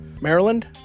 Maryland